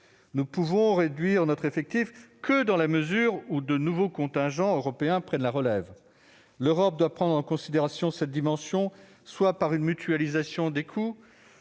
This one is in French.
Nous ne pouvons réduire notre effectif que dans la mesure où de nouveaux contingents européens prennent la relève. L'Europe doit prendre en considération cette dimension, soit par une mutualisation des coûts,